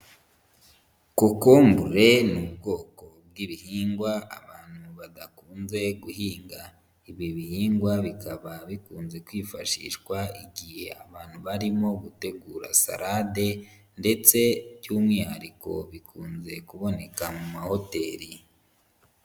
Kokombure ni ubwoko bw'ibihingwa abantu badakunze guhinga, ibi bihingwa bikaba bikunze kwifashishwa igihe abantu barimo gutegura salade ndetse by'umwihariko bikunze kuboneka mu mahoteli.